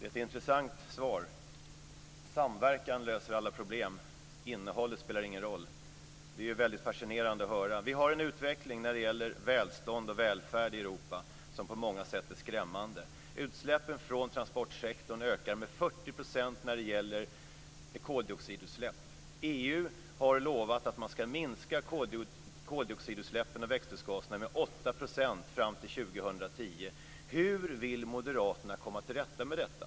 Fru talman! Det är ett intressant svar. Samverkan löser alla problem. Innehållet spelar ingen roll. Det är ju väldigt fascinerande att höra. Vi har en utveckling när det gäller välstånd och välfärd i Europa som på många sätt är skrämmande. Koldioxidutsläppen från transportsektorn ökar med 40 %. EU har lovat att man ska minska koldioxidutsläppen och växthusgaserna med 8 % fram till 2010. Hur vill moderaterna komma till rätta med detta?